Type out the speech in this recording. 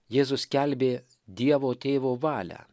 jėzus skelbė dievo tėvo valią